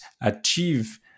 achieve